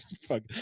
fuck